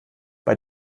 bei